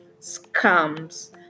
scams